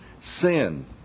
sin